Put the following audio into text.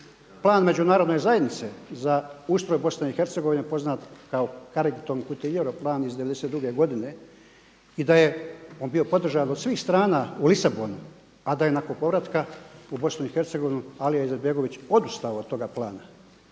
plan Međunarodne zajednice za ustroj Bosne i Hercegovine poznat kao Karington Kutijerov plan iz '92. godine i da je on bio podržan od svih strana u Lisabonu, a da je nakon povrataka u Bosnu i Hercegovinu Alija Izetbegović odustao od toga plana.